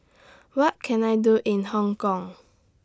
What Can I Do in Hong Kong